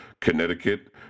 Connecticut